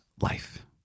life